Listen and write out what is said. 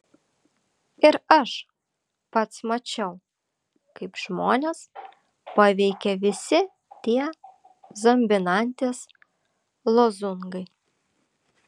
ir aš pats mačiau kaip žmones paveikia visi tie zombinantys lozungai